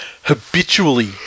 habitually